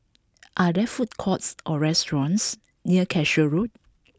are there food courts or restaurants near Cashew Road